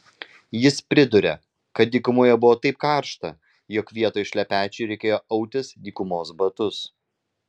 jis priduria kad dykumoje buvo taip karšta jog vietoj šlepečių reikėjo autis dykumos batus